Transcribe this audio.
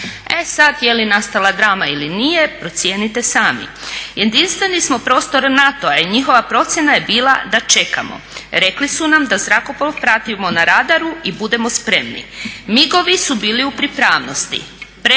E sad, je li nastala drama ili nije procijenite sami. Jedinstveni smo prostor NATO-a i njihova procjena je bila da čekamo. Rekli su nam da zrakoplov pratimo na radaru i budemo spremni. MIG-ovi su bili u pripravnosti.